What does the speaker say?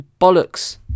bollocks